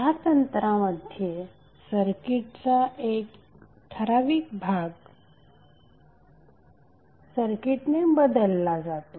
ह्या तंत्रामध्ये सर्किटचा एक ठराविक भाग सर्किटने बदलला जातो